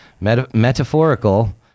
metaphorical